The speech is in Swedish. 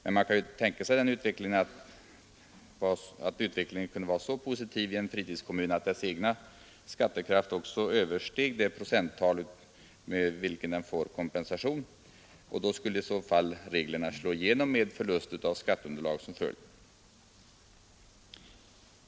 Men om man tänker sig att utvecklingen är så positiv i en fritidskommun att dess egen skattekraft överstiger det procenttal med vilket den får kompensation, då skulle reglerna slå igenom med förlust av skatteunderlag som följd.